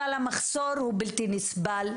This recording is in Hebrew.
אבל המחסור הוא בלתי נסבל,